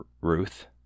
Ruth